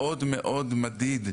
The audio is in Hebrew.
והמעסיק הפוטנציאלי,